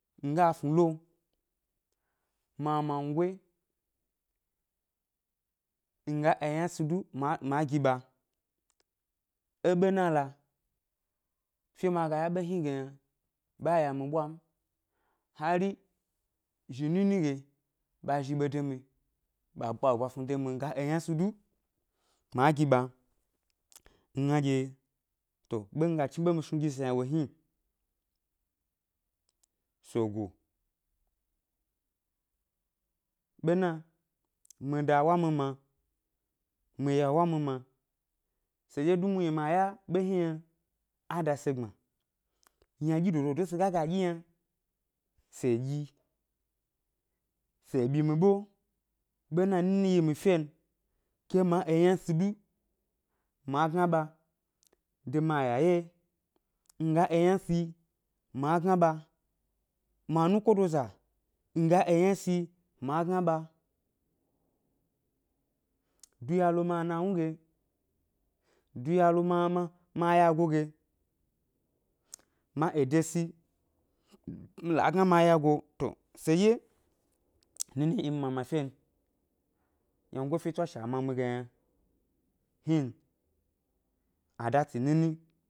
Nga snu lo, mi amangoyi, nga eyna si du ma ma gi ɓa, é ɓena loa, ʻfe ma ga ya be hni ge yna ɓa ya mi ʻɓwa m, hari zhi nini ge ɓa zhi ɓe de mi yi, ɓa kpa ebwa snu de mi yi mi ga eyna si du ma gi ɓa, ngna ɗye to ɓe mi ga chnibe misnu gi se yna hni, se go, ɓena mi ʻda wa mi ma, mi ʻya wa mi ma, seɗye du muhni ma ya ʻɓe hni yna, á da se gbma, ynaɗyi dododo se ga ga ɗyi yna se ɗyi, se ɓyi mi ɓe ɓena nini yi mi ʻfe n, ke ma eyna si du ma gna ɓa de mi ayaya yi, nga eyna si ma gna ɓa, mi anukodoza, nga eyna si ma gna ɓa, duya lo mi anawnu ge, duya lo ma ma miayago ge, ma ede si, mi la gna miayago, to seɗye, nini yi mi mama ʻfe n, wyangofe tswashe a ma mi ge yna hni n, a dá tsi nini,